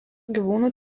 gyvūnų